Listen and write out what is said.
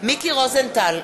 מיקי רוזנטל,